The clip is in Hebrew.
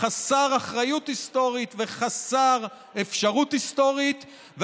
חסר אחריות היסטורית וחסר אפשרות היסטורית,